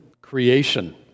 creation